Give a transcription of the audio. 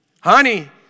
Honey